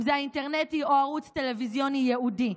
אם זה האינטרנטי או ערוץ טלוויזיוני ייעודי.